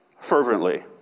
fervently